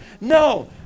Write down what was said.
No